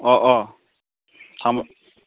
अ अ